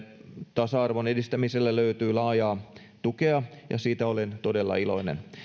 tasa arvon edistämiselle löytyy laajaa tukea ja siitä olen todella iloinen